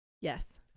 Yes